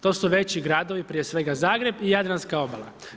To su veći gradovi prije svega Zagreb i jadranska obala.